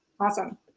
Awesome